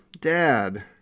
dad